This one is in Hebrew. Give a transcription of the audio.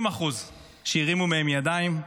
20% שהרימו מהם ידיים,